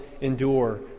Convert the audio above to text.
endure